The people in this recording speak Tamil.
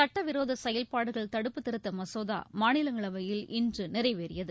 சட்டவிரோத செயல்பாடுகள் மசோதா தடுப்பு திருத்த மாநிலங்களவையில் இன்று நிறைவேறியது